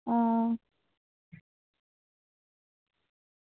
आं